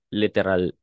literal